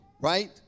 right